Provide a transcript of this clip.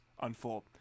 unfold